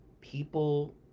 People